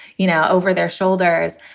you know, over their shoulders,